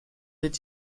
did